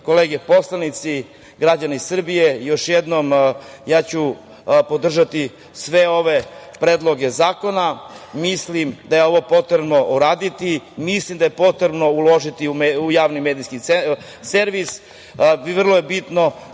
kolege poslanici, građani Srbije, još jednom, ja ću podržati sve ove predloge zakona. Mislim da je ovo potrebno uraditi, mislim da je potrebno uložiti u javni medijski servis. Vrlo je bitno